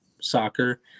soccer